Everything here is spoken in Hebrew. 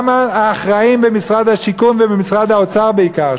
למה האחראים במשרד השיכון ובמשרד האוצר בעיקר,